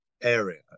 area